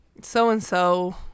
so-and-so